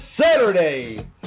Saturday